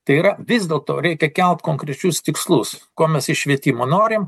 tai yra vis dėl to reikia kelt konkrečius tikslus ko mes iš švietimo norim